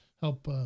help